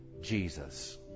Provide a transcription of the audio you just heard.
Jesus